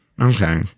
Okay